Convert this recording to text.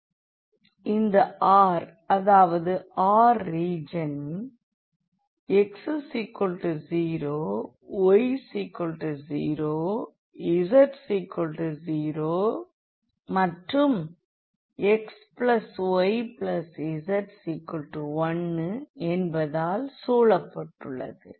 இந்த R அதாவது R region x0y0z0xyz1 என்பதால் சூழப்பட்டுள்ளது